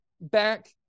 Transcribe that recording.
back